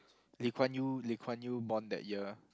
Lee Kuan Yew Lee Kuan Yew born that year